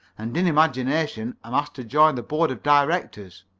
and in imagination am asked to join the board of directors.